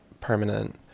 permanent